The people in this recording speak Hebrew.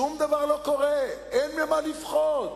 שום דבר לא קורה, אין ממה לפחוד.